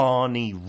Barney